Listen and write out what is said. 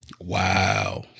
Wow